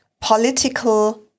political